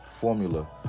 formula